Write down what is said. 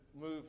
move